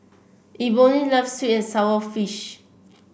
Eboni loves sweet and sour fish